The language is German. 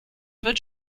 wird